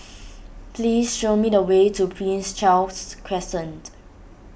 please show me the way to Prince Charles Crescent